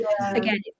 again